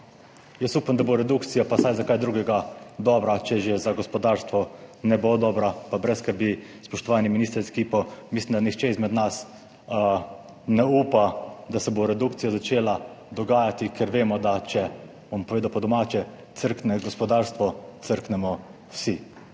Jaz upam, da bo redukcija vsaj za kaj drugega dobra, če že za gospodarstvo ne bo dobra. Pa brez skrbi, spoštovani minister z ekipo, mislim, da nihče izmed nas ne upa, da se bo redukcija začela dogajati, ker vemo, da če, bom povedal po domače, crkne gospodarstvo, crknemo vsi.